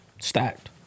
stacked